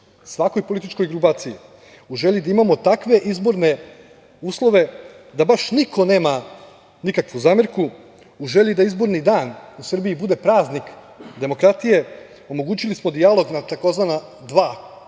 svakoj političkoj grupaciji, u želji da imamo takve izborne uslove da baš niko nema nikakvu zamerku. U želji da izborni dan u Srbiji bude praznik demokratije, omogućili smo dijalog na tzv. dva koloseka,